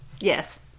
Yes